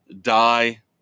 die